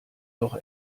doch